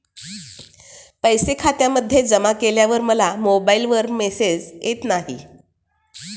पैसे खात्यामध्ये जमा केल्यावर मला मोबाइलवर मेसेज येत नाही?